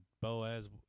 Boaz